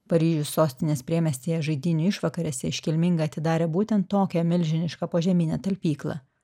paryžius sostinės priemiestyje žaidynių išvakarėse iškilmingai atidarė būtent tokią milžinišką požeminę talpyklą